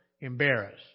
embarrassed